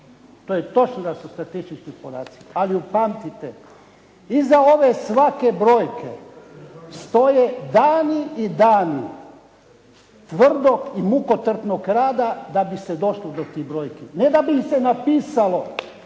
To je točno da su statistički podaci. Ali upamtite, iza ove svake brojke stoje dani i dani tvrdog i mukotrpnog rada da bi se došlo do tih brojki, ne da bi ih se napisalo,